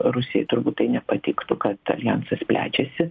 rusijai turbūt tai nepatiktų kad aljansas plečiasi